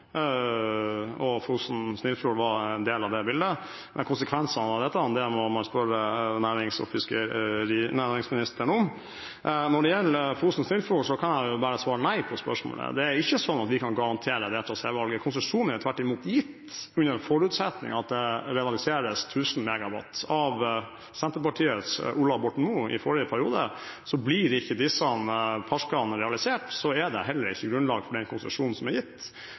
Norge, og Fosen/Snillfjord var en del av det bildet. Men konsekvensene av dette må man spørre næringsministeren om. Når det gjelder Fosen/Snillfjord, kan jeg bare svare nei på spørsmålet. Det er ikke sånn at vi kan garantere det trasévalget. Konsesjonen er tvert imot gitt under forutsetning av at det realiseres 1 000 MW, av Senterpartiets Ola Borten Moe i forrige periode. Så blir ikke disse parkene realisert, er det heller ikke grunnlag for den konsesjonen som er gitt.